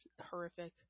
horrific